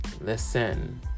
Listen